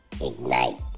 ignite